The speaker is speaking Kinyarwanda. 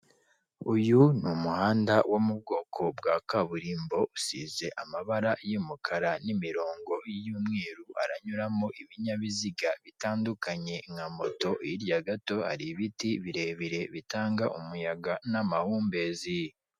Uyu ni umuhanda wo mu bwoko bwa kaburimbo, usize amabara y'umukara n'imirongo y'umweru, haranyuramo ibinyabiziga bitandukanye nka moto, hirya gato ari ibiti birebire bitanga umuyaga n'amahumbezi.